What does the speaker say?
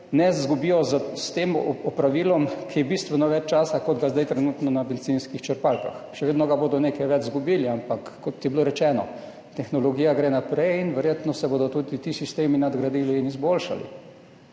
in da s tem opravilom ne izgubijo bistveno več časa kot ga zdaj trenutno na bencinskih črpalkah. Še vedno ga bodo izgubili nekaj več, ampak, kot je bilo rečeno, tehnologija gre naprej in verjetno se bodo tudi ti sistemi nadgradili in izboljšali.